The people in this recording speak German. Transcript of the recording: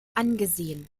angesehen